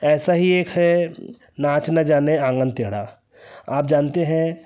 ऐसा ही एक है नाच न जाने आंगन टेढ़ा आप जानते हैं